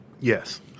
Yes